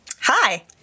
Hi